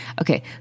okay